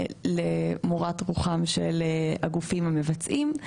למורת רוחם של הגופים המבצעים.